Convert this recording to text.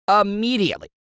immediately